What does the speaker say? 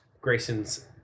Grayson's